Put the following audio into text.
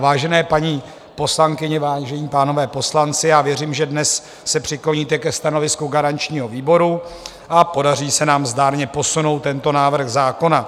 Vážené paní poslankyně, vážení pánové poslanci, věřím, že dnes se připojíte ke stanovisku garančního výboru a podaří se nám zdárně posunout tento návrh zákona.